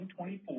2024